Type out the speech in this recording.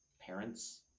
parents